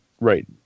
right